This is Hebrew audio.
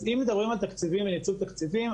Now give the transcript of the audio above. אז אם מדברים על תקציבים וניצול תקציבים,